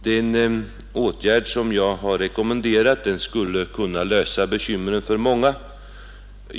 Den åtgärd som jag har rekommenderat skulle kunna lösa bekymren för många.